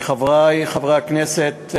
חברי חברי הכנסת,